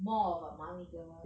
more of a mummy girl